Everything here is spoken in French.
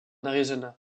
arizona